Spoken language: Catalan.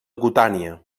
cutània